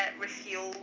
refuel